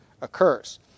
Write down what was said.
occurs